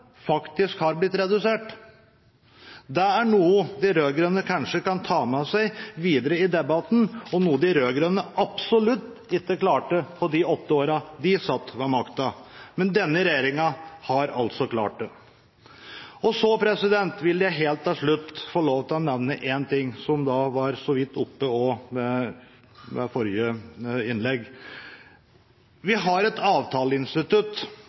faktisk har blitt redusert. Det er noe de rød-grønne kanskje kan ta med seg videre i debatten, og noe de rød-grønne absolutt ikke klarte på de åtte årene de satt med makten. Men denne regjeringen har altså klart det. Helt til slutt vil jeg få lov til å nevne en ting som så vidt ble tatt opp i forrige innlegg. Vi har et avtaleinstitutt,